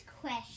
question